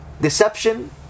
deception